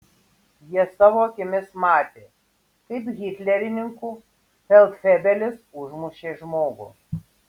jie savo akimis matė kaip hitlerininkų feldfebelis užmušė žmogų